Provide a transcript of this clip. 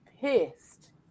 pissed